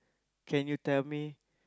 can you tell me